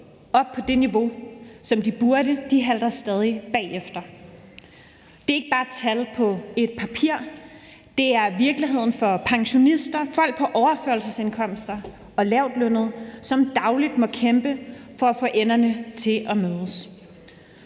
op på det niveau, som de burde. De halter stadig bagefter. Det er ikke bare tal på et papir. Det er virkeligheden for pensionister, folk på overførselsindkomster og lavtlønnede, som dagligt må kæmpe for at få enderne til at mødes.